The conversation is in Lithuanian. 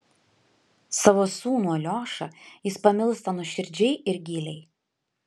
savo sūnų aliošą jis pamilsta nuoširdžiai ir giliai